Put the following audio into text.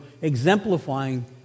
exemplifying